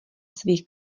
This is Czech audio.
svých